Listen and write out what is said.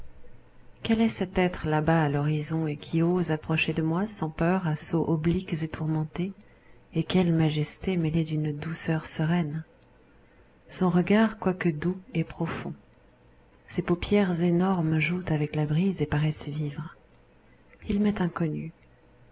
quel est cet être là-bas à l'horizon et qui ose approcher de moi sans peur à sauts obliques et tourmentés et quelle majesté mêlée d'une douceur sereine son regard quoique doux est profond ses paupières énormes jouent avec la brise et paraissent vivre il m'est inconnu